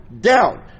down